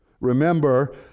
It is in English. Remember